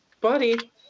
buddy